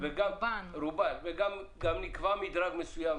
גם נקבע מדרג מסוים.